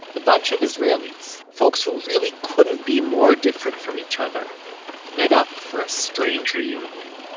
a bunch of israelis folks who really couldn't be more different from each other met up for a strange reunion.